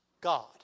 God